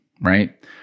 right